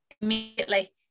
immediately